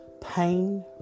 pain